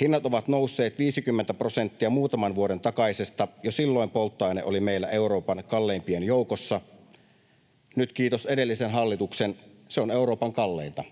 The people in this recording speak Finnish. Hinnat ovat nousseet 50 prosenttia muutaman vuoden takaisesta, jo silloin polttoaine oli meillä Euroopan kalleimpien joukossa. Nyt, kiitos edellisen hallituksen, se on Euroopan kalleinta.